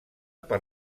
per